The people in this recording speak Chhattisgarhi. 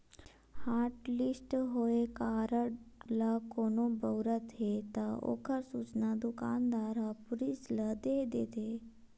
हॉटलिस्ट होए कारड ल कोनो बउरत हे त ओखर सूचना दुकानदार ह पुलिस ल दे देथे